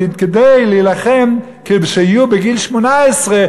כדי שבגיל 18,